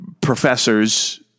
professors